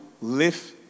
live